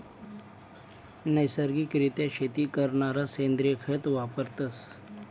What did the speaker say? नैसर्गिक रित्या शेती करणारा सेंद्रिय खत वापरतस